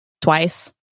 twice